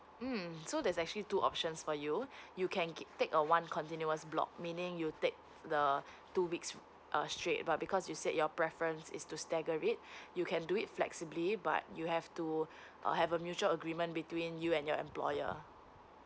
mm ya so there's actually two options for you you can ke~ take a one continuous block meaning you take the two weeks err straight but because you say your preference is to stagger it you can do it flexibly but you have to uh have a mutual agreement between you and your employer